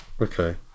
Okay